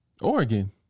Oregon